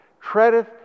treadeth